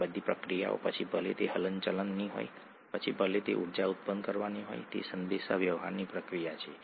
આ બે શર્કરા વચ્ચેનો એકમાત્ર તફાવત એ બે મુખ્ય સ્થિતિ છે